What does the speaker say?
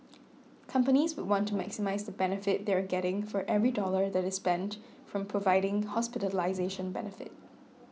companies would want to maximise the benefit they are getting for every dollar that is spent from providing hospitalisation benefit